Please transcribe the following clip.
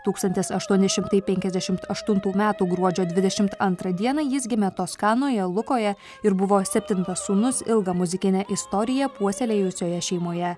tūkstantis aštuoni šimtai penkiasdešimt aštuntų metų gruodžio dvidešimt antrą dieną jis gimė toskanoje lukoje ir buvo septintas sūnus ilgą muzikinę istoriją puoselėjusioje šeimoje